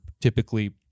typically